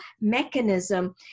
mechanism